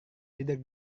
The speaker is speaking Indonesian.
tidur